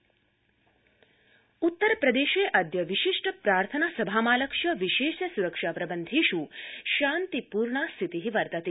उत्तरप्रदेशसरक्षाप्रबन्धा उत्तरप्रदेशेऽद्य विशिष्ट प्रार्थना सभामालक्ष्य विशेष स्रक्षा प्रबन्धेष् शान्तिपूर्णा स्थिति वर्तते